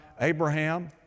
Abraham